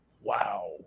Wow